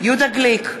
יהודה גליק,